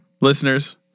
listeners